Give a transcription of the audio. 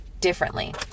differently